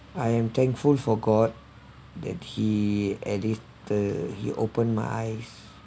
I am thankful for god that he edit the he open my eyes